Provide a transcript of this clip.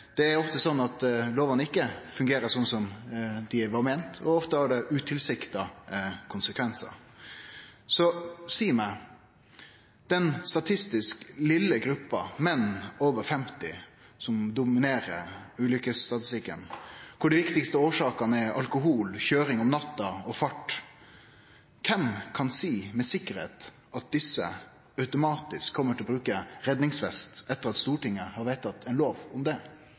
Det er ofte sånn at lovane ikkje fungerer sånn som det var meint, og ofte har dei utilsikta konsekvensar. Så om representanten kan seie meg: Den statistisk lille gruppa, menn over 50 år, som dominerer ulykkesstatistikken, kor dei viktigaste årsakene er alkohol, køyring om natta og fart, kven kan seie med sikkerheit at desse automatisk kjem til å bruke redningsvest etter at Stortinget har vedtatt ein lov om det?